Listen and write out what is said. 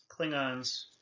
Klingons